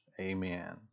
Amen